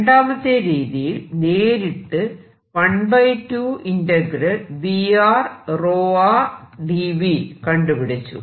രണ്ടാമത്തെ രീതിയിൽ നേരിട്ട് 1 2VdVകണ്ടുപിടിച്ചു